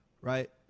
right